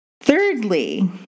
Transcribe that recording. Thirdly